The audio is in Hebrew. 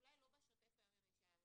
שאולי זה לא בשוטף היום יומי שלהם,